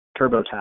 TurboTax